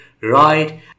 right